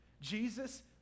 Jesus